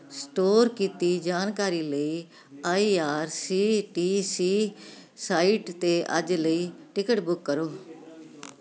store ਕੀਤੀ ਜਾਣਕਾਰੀ ਲਈ I R C T C site 'ਤੇ ਅੱਜ ਲਈ ਟਿਕਟ ਬੁੱਕ ਕਰੋ